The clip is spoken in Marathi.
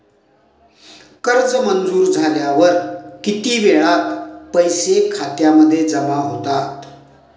कर्ज मंजूर झाल्यावर किती वेळात पैसे खात्यामध्ये जमा होतात?